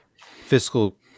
fiscal